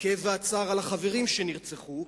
הכאב והצער על החברים שנרצחו,